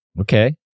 Okay